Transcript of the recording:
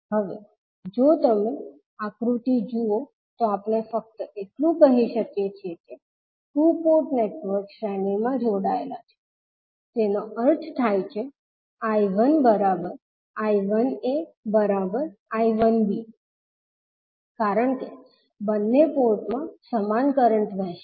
હવે જો તમે આ આકૃતિ જુઓ તો આપણે ફક્ત એટલું કહી શકીએ છીએ કે ટુ પોર્ટ નેટવર્ક્સ શ્રેણીમાં જોડાયેલા છે જેનો અર્થ થાય છે 𝐈1 𝐈1𝑎 𝐈1𝑏 કારણ કે બંને પોર્ટમાં સમાન કરંટ વહેશે